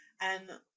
And-